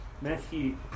Matthew